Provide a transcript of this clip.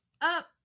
Up